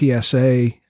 psa